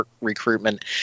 recruitment